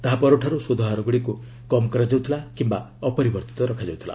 ତାହା ପରଠାରୁ ସୁଧହାରଗୁଡ଼ିକୁ କମ୍ କରାଯାଉଥିଲା କିମ୍ବା ଅପରିବର୍ତ୍ତିତ ରଖାଯାଉଥିଲା